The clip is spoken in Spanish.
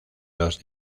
dos